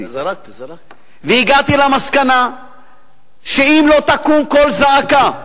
והגעתי למסקנה שאם לא יקום קול זעקה,